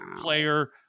player